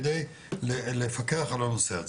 כדי לפקח על הנושא הזה.